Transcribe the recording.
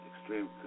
Extreme